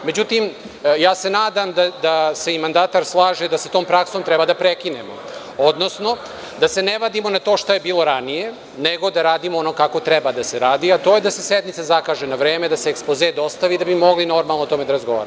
Međutim, ja se nadam da se i mandatar slaže da sa tom praksom treba da prekinemo, odnosno da se ne vadimo na to šta je bilo ranije, nego da radimo ono kako treba da se radi, a to je da se sednica zakaže na vreme, da se ekspoze dostavi da bi mogli normalno da razgovaramo.